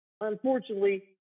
unfortunately